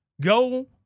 Go